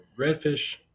redfish